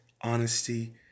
honesty